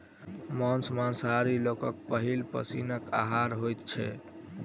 मौस मांसाहारी लोकक पहिल पसीनक आहार होइत छै